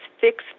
fixed